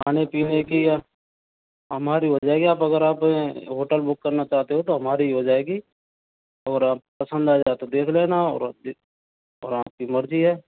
खाने पीने की हमारी हो जाएगी आप अगर आप होटल बुक करना चाहते हो तो हमारी हो जाएगी और आप पसंद आ जाए तो देख लेना और आप जी और आपकी मर्जी है